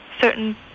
certain